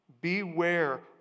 Beware